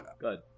Good